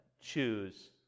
choose